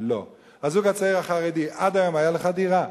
לא, את הזוג הצעיר החרדי: עד היום היתה לך דירה?